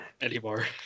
anymore